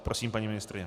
Prosím, paní ministryně.